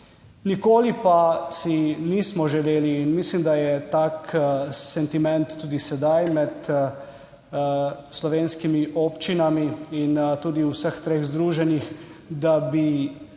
nikoli pa si nismo želeli, in mislim, da je tak sentiment tudi sedaj med slovenskimi občinami in tudi v vseh treh združenjih, da bi